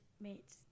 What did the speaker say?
mates